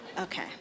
Okay